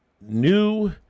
new